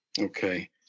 Okay